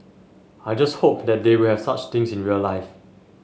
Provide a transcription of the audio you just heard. I just hope that they will have such things in real life